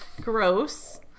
Gross